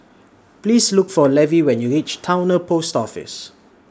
Please Look For Levy when YOU REACH Towner Post Office